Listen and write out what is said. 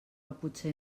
potser